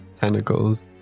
tentacles